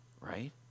right